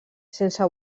sense